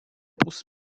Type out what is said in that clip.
bus